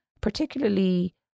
particularly